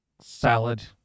salad